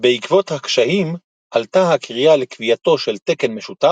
בעקבות הקשיים, עלתה הקריאה לקביעתו של תקן משותף,